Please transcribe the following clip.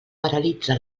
paralitza